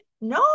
No